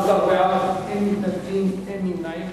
בעד, 16, אין מתנגדים, אין נמנעים.